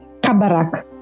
Kabarak